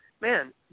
man